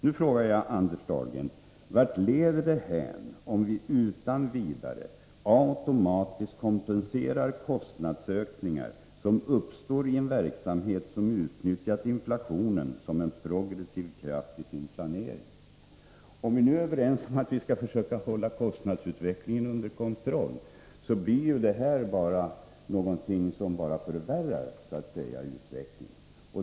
Nu frågar jag Anders Dahlgren: Varthän leder det, om vi utan vidare automatiskt kompenserar kostnadsökningar i en verksamhet som utnyttjat inflationen som en progressiv kraft i sin planering? Om vi är överens om att vi skall försöka hålla kostnadsutvecklingen under kontroll, blir det här någonting som bara förvärrar utvecklingen.